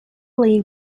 league